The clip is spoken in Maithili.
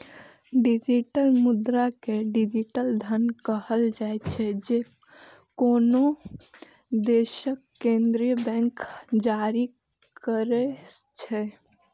डिजिटल मुद्रा कें डिजिटल धन कहल जाइ छै, जे कोनो देशक केंद्रीय बैंक जारी करै छै